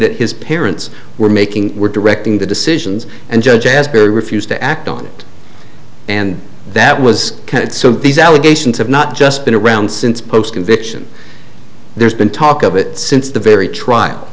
that his parents were making were directing the decisions and judge has refused to act on and that was kind of these allegations have not just been around since post conviction there's been talk of it since the very trial